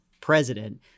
president